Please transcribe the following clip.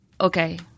okay